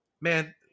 man